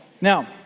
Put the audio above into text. Now